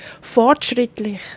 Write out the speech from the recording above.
fortschrittlich